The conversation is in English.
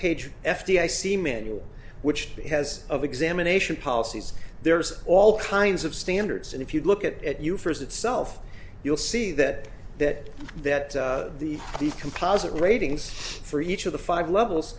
page f d i c manual which has of examination policies there's all kinds of standards and if you look at it you first itself you'll see that that that the the composite ratings for each of the five levels